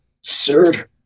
sir